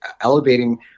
elevating